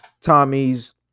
Tommy's